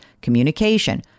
communication